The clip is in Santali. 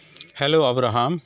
hello Abraham